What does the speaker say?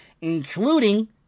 including